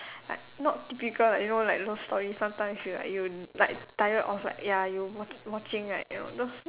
like not typical like you know like love story sometimes you like you like tired of like ya you watch watching like you know those